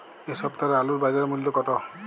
এ সপ্তাহের আলুর বাজার মূল্য কত?